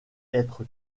être